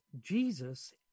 Jesus